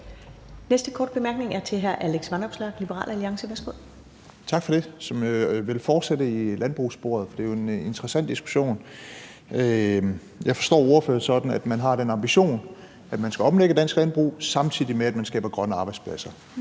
Næste korte bemærkning er til hr. Alex Vanopslagh, Liberal Alliance. Værsgo. Kl. 14:58 Alex Vanopslagh (LA): Tak for det. Jeg vil fortsætte i landbrugssporet, for det er jo en interessant diskussion. Jeg forstår ordføreren sådan, at man har den ambition, at man skal omlægge Dansk Landbrug, samtidig med at man skaber grønne arbejdspladser.